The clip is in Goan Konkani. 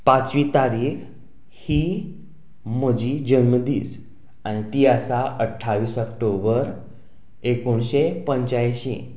पांचवी तारीक ही म्हजी जल्मदीस आनी ती आसा अठ्ठावीस ऑक्टोबर एकोणशें पंंच्याएंशी